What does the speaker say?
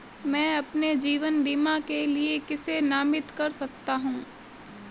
मैं अपने जीवन बीमा के लिए किसे नामित कर सकता हूं?